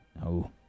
No